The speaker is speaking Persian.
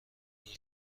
این